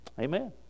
Amen